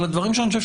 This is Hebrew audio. אבל עלו פה דברים.